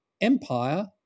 Empire